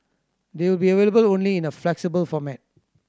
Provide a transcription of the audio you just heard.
they will be available only in a flexible format